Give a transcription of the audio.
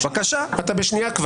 אתה כבר בשנייה.